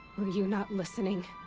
were you not listening?